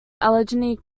allegany